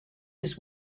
his